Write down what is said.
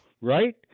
Right